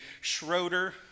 Schroeder